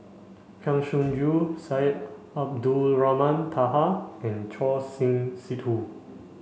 Kang Siong Joo Syed Abdulrahman Taha and Choor Singh Sidhu